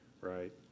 right